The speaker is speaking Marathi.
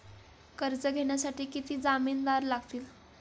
कर्ज घेण्यासाठी किती जामिनदार लागतील?